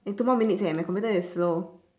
eh two more minutes eh my computer is slow